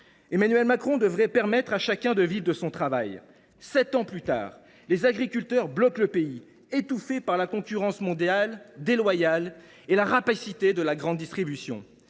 Emmanuel Macron avait promis que chacun pourrait vivre de son travail. Sept ans après son élection, les agriculteurs bloquent le pays, étouffés par la concurrence mondiale déloyale et la rapacité de la grande distribution.